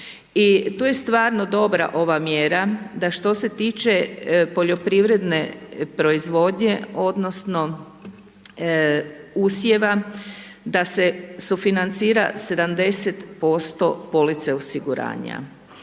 I tu je stvarno dobra ova mjera da što se tiče poljoprivredne proizvodnje odnosno usjeva I neke županije su se stvarno